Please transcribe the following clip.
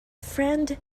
friend